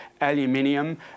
aluminium